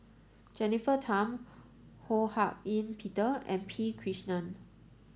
Jennifer Tham Ho Hak Ean Peter and P Krishnan